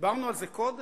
דיברנו על זה קודם.